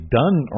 done